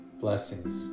blessings